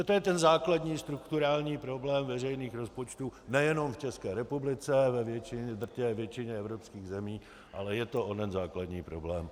To je ten základní strukturální problém veřejných rozpočtů nejenom v České republice, v drtivé většině evropských zemí, ale je to onen základní problém.